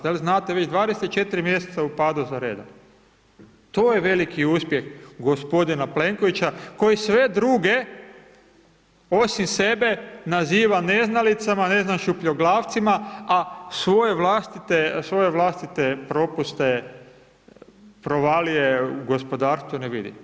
Da li znate već 24 mjeseca u padu za redom, to je veliki uspjeh gospodina Plenkovića koji sve druge osim sebe naziva neznalicama, ne znam šupljoglavcima, a svoje vlastite, svoje vlastite propuste provalije u gospodarstvu ne vidi.